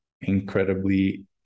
incredibly